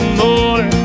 more